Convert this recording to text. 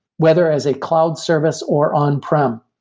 whether as a cloud service or on-prem.